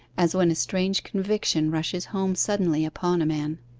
as when a strange conviction rushes home suddenly upon a man.